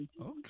Okay